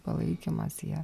palaikymas jie